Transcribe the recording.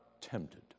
tempted